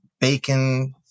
bacon